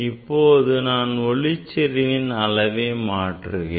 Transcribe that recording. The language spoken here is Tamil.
இப்போது நான் ஒளிச்செறிவின் அளவை மாற்றுகிறேன்